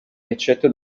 eccetto